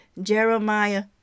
Jeremiah